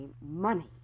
money